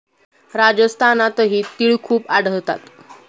राजस्थानातही तिळ खूप आढळतात